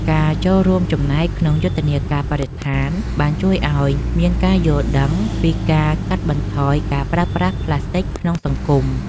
ការចូលរួមចំណែកក្នុងយុទ្ធនាការបរិស្ថានបានជួយឱ្យមានការយល់ដឹងពីការកាត់បន្ថយការប្រើប្រាស់ប្លាស្ទិកក្នុងសង្គម។